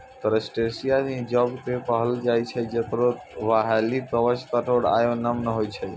crustacea हो जीव कॅ कहलो जाय छै जेकरो बाहरी कवच कठोर आरो नम्य होय छै